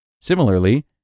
Similarly